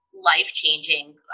life-changing